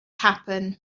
happen